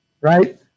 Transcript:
right